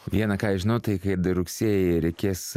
viena ką aš žinau tai kai rugsėjį reikės